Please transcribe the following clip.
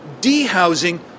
de-housing